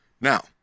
Now